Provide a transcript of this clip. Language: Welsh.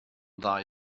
ddau